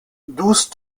douze